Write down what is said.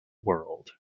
world